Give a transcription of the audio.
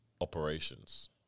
operations